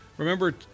Remember